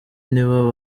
nibo